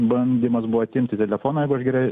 bandymas buvo atimti telefoną jeigu aš gerai